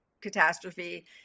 catastrophe